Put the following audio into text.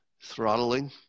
throttling